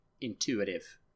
intuitive